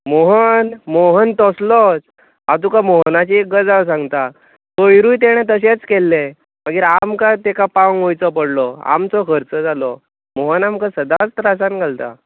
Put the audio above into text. मोहन मोहन तसलोच हांव तुका मोहनाची एक गजाल सांगता पयरूय तेणें तशेंच केल्लें मागीर आमकां तेका पावोंक वयचो पडलो आमचो खर्च जालो मोहन आमकां सदांच त्रासान घालता